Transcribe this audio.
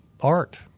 art